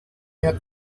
mehr